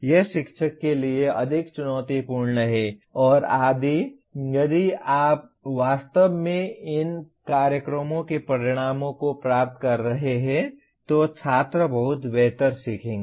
यह शिक्षक के लिए अधिक चुनौतीपूर्ण है और यदि आप वास्तव में इन कार्यक्रमों के परिणामों को प्राप्त कर रहे हैं तो छात्र बहुत बेहतर सीखेंगे